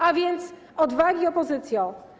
A więc odwagi, opozycjo.